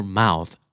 mouth